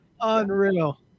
Unreal